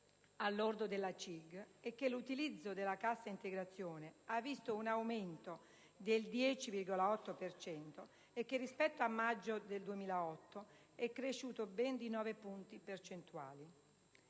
l'utilizzo della cassa integrazione ha visto un aumento del 10,8 per cento e che, rispetto a maggio 2008, è cresciuto di ben nove punti percentuali.